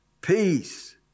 peace